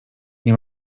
nie